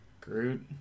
Groot